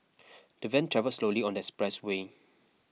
the van travelled slowly on the expressway